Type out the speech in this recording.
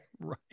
Right